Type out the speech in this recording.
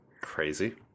crazy